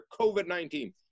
COVID-19